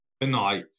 tonight